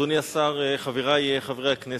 אדוני השר יעקב מרגי יעלה לדוכן.